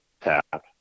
tap